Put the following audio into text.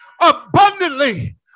abundantly